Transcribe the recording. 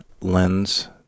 lens